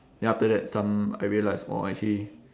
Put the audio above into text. then after that some I realised !wah! actually